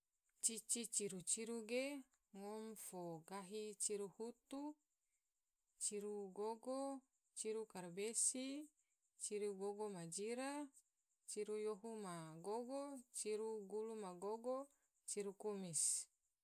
Cici ciru ciru ge ngom fo gahi ciru hutu, ciru gogo, ciru karabesi, ciru gogo ma jira, ciru yohu ma gogo, ciru gulu ma gogo, ciru kumis.